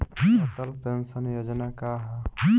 Atal pension योजना का ह?